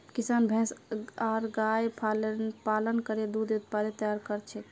किसान भैंस आर गायर पालन करे दूध उत्पाद तैयार कर छेक